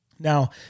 Now